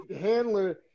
Handler